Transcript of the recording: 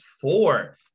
four